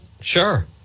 Sure